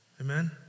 Amen